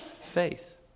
Faith